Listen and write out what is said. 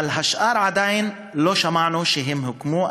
אבל עדיין לא שמענו שהשאר הוקמו.